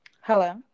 Hello